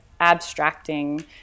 abstracting